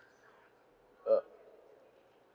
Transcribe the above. uh